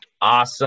Awesome